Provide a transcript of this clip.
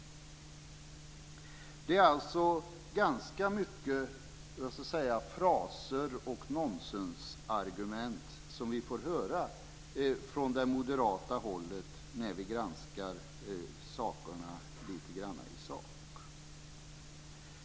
Det är alltså ganska mycket fraser och nonsensargument som vi får höra från moderat håll när vi granskar detta i sak.